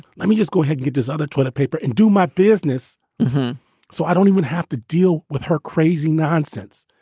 let me just go ahead. does other toilet paper and do my business so i don't even have to deal with her crazy nonsense.